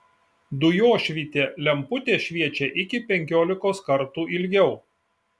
dujošvytė lemputė šviečia iki penkiolikos kartų ilgiau